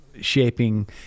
shaping